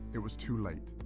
it was too late.